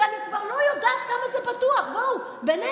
ואני כבר לא יודעת כמה זה בטוח, בינינו.